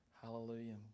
Hallelujah